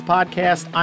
Podcast